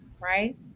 right